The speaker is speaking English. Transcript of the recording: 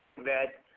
that